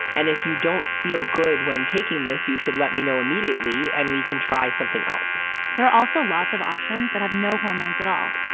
and if you don't feel good when taking this, you should let me know immediately, and we can try something else there are also lots of options that have no hormones at all.